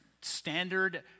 standard